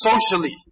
socially